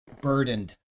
burdened